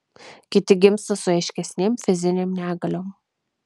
kiti gimsta su aiškesnėm fizinėm negaliom